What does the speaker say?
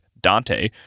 Dante